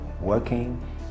working